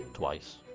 twice.